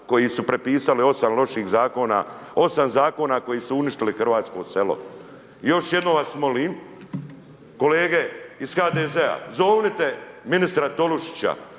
koji su prepisali 8 loših zakona, 8 zakona koji su uništili hrvatsko selo. Još jednom vas molim kolege iz HDZ-a, zovnite ministra Tolušića